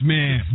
Man